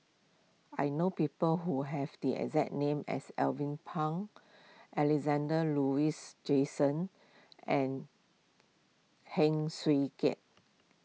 I know people who have the exact name as Alvin Pang Alexander Laurie Johnston and Heng Swee Keat